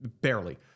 barely